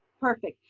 perfect,